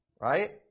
Right